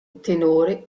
tenore